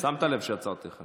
שמת לב שעצרתי לך,